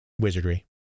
Wizardry